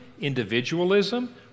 individualism